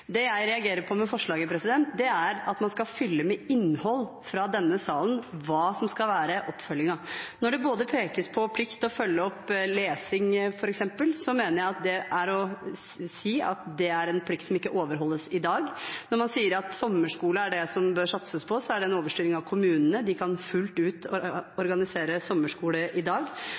Det jeg reagerer på med forslaget, er at man fra denne salen skal fylle oppfølgingen med innhold. Når det pekes på plikt til å følge opp lesing, f.eks., er det å si til det at det er en plikt som ikke overholdes i dag. Når man sier at sommerskole er det som det bør satses på oss, er det en overstyring av kommunene. De kan fullt ut organisere sommerskole i dag.